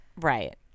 Right